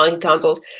consoles